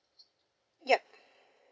yup